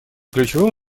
ключевым